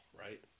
right